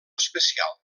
especial